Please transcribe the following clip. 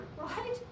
Right